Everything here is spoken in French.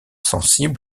sensibles